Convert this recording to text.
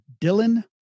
Dylan